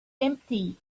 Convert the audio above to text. empty